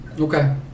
okay